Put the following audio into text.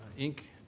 inc,